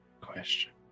Question